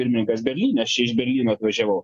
pirmininkas berlyne aš čia iš berlyno važiavau